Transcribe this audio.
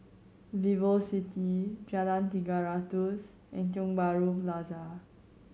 VivoCity Jalan Tiga Ratus Tiong Bahru Plaza